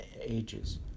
ages